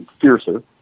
fiercer